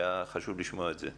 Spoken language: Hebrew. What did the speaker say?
היה חשוב לשמוע את זה.